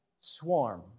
swarm